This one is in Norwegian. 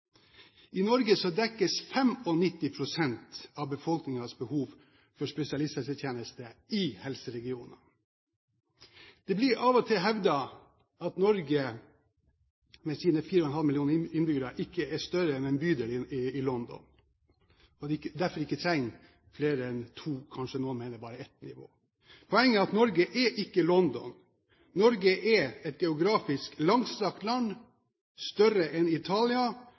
I Norge dekkes 95 pst. av befolkningens behov for spesialisthelsetjeneste i helseregioner. Det blir av og til hevdet at Norge med sine 4,5 millioner innbyggere ikke er større enn en bydel i London og derfor ikke trenger flere enn to nivåer, og kanskje noen mener bare ett. Poenget er at Norge er ikke London. Norge er et geografisk langstrakt land, større enn Italia,